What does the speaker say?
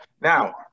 Now